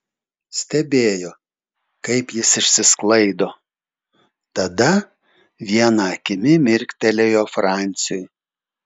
stebėjo kaip jis išsisklaido tada viena akimi mirktelėjo franciui